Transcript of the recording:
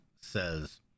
says